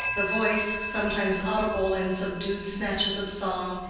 the voice, sometimes audible in subdued snatches of song,